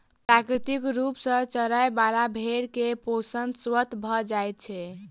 प्राकृतिक रूप सॅ चरय बला भेंड़ के पोषण स्वतः भ जाइत छै